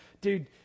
dude